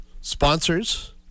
sponsors